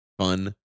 Fun